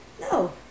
No